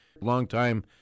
longtime